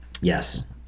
Yes